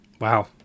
wow